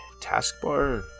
taskbar